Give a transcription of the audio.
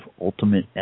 Ultimate